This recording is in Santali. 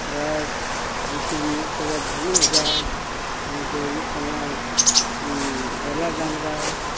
ᱵᱟᱥ ᱧᱩᱛᱩᱢ ᱢᱮᱱᱟᱜ ᱛᱟᱭᱟ ᱫᱷᱤᱬᱩ ᱜᱟᱭ ᱩᱱᱤ ᱫᱚᱭ ᱦᱩᱭᱩᱜ ᱠᱟᱱᱟᱭ ᱥᱮᱣᱞᱟ ᱰᱟᱝᱨᱟ